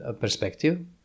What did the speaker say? perspective